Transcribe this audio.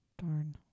Darn